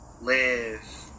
Live